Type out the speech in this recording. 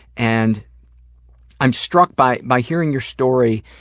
and i'm struck by, by hearing your story,